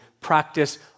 Practice